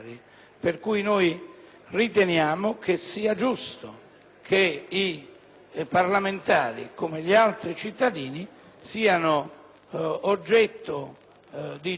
che i parlamentari, come gli altri cittadini, siano oggetto di giudizio nelle sedi opportune